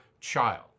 child